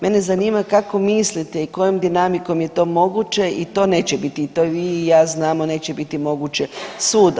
Mene zanima kako mislite i kojom dinamikom je to moguće i to neće biti i to i vi i ja znamo neće biti moguće sud.